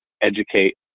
educate